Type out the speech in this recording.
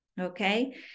Okay